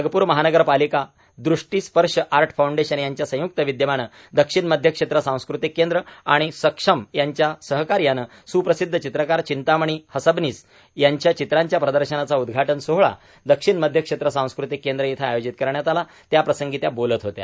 नागपूर महानगरपालिका दृष्टी स्पर्श आर्ट फाऊंडेशन यांच्या संयुक्त विद्यामाने दक्षिण मध्य क्षेत्र सांस्कृतिक केंद्र आणि सक्षम यांच्या सहकार्याने सुप्रसिध्द चित्रकार चिंतामणी हसबनीस यांच्या धित्रांच्या प्रदर्शनाचा उद्दघाटन सोहळा दक्षिण मध्यक्षेत्र सांस्कृतिक केंद्र इथं आयोजित करण्यात आला त्याप्रसंगी त्या बोलत होत्या